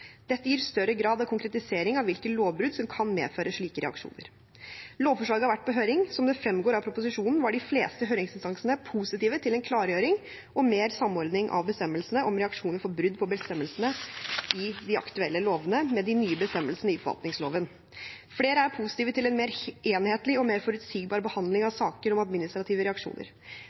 Dette gir større grad av konkretisering av hvilke lovbrudd som kan medføre slike reaksjoner. Lovforslaget har vært på høring. Som det fremgår av proposisjonen, var de fleste høringsinstansene positive til en klargjøring og mer samordning av bestemmelsene om reaksjoner for brudd på bestemmelsene i de aktuelle lovene med de nye bestemmelsene i forvaltningsloven. Flere er positive til en mer enhetlig og mer forutsigbar behandling av saker om administrative reaksjoner.